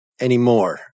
anymore